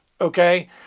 Okay